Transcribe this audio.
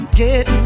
get